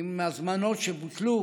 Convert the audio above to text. עם הזמנות שבוטלו.